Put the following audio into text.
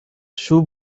shoe